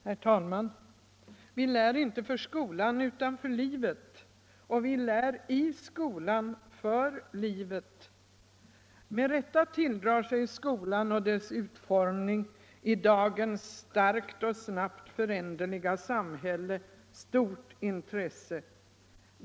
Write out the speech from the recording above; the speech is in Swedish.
Herr talman! ”Vi lär icke för skolan utan för livet” — och vi lär i skolan för livet. Med rätta tilldrar sig skolan och dess utformning i dagens starkt och snabbt föränderliga samhälle stort intresse.